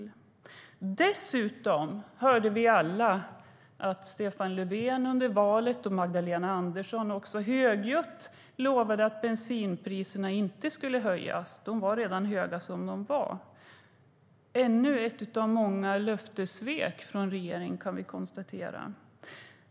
Dessutom hörde vi alla att Stefan Löfven och Magdalena Andersson inför valet högljutt lovade att bensinpriserna inte skulle höjas, de var redan höga som de var. Det är ännu ett av många löftessvek från regeringen, kan vi konstatera.